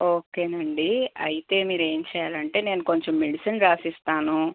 okay అండి అయితే మీరు ఏం చెయ్యాలంటే నేను కొంచెం మెడిసిన్ రాసిస్తాను